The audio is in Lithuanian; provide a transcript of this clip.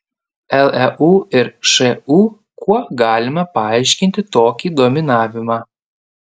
leu ir šu kuo galima paaiškinti tokį dominavimą